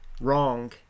wrong